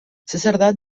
sacerdot